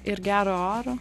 ir gero oro